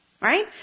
right